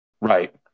Right